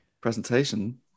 presentation